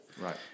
Right